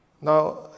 Now